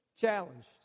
challenged